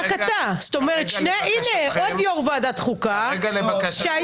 כיושבת ראש ועדה לביטחון פנים היו